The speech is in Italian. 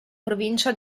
provincia